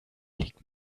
liegt